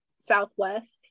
southwest